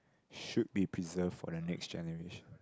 should be preserved for the next generation